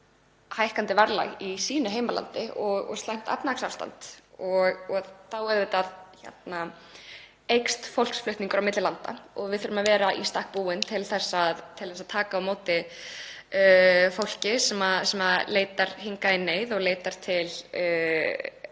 hækkandi verðlag í sínu heimalandi og slæmt efnahagsástand. Þá aukast auðvitað fólksflutningar á milli landa og við þurfum að vera í stakk búin til að taka á móti fólki sem leitar hingað í neyð og leitar til